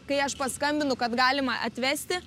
kai aš paskambinu kad galima atvesti